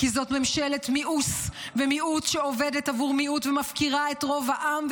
כי זאת ממשלת מיאוס ומיעוט שעובדת עבור מיעוט ומפקירה את רוב העם.